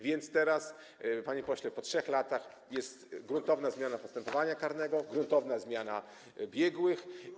Więc teraz, panie pośle, po 3 latach jest gruntowna zmiana postępowania karnego, gruntowna zmiana dotycząca biegłych.